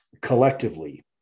collectively